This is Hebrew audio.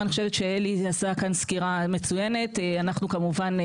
יש גם פערים ואני חושב שגם נכון להציב